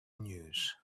news